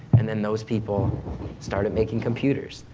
and then those people started making computers,